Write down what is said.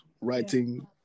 writing